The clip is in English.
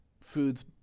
foods